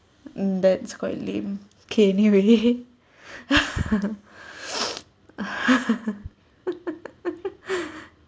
mm that's quite lame K anyway